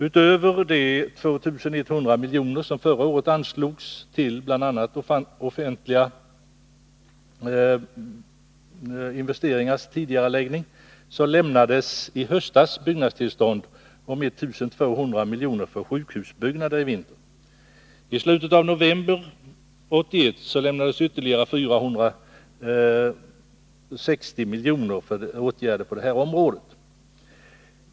Utöver de 2100 miljoner som förra året anslogs till bl.a. offentliga investeringars tidigareläggning lämnades i höstas 1 200 milj.kr. i samband med byggnadstillstånd avseende sjukhusbyggnader i vinter. I slutet av november 1981 lämnades ytterligare 460 milj.kr. för åtgärder på det här området.